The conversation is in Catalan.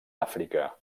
àfrica